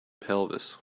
pelvis